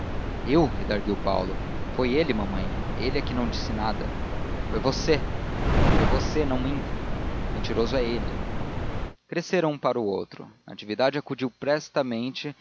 eu redarguiu paulo foi ele mamãe ele é que não disse nada foi você foi você não minta mentiroso é ele cresceram um para o outro natividade acudiu prestemente